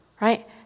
right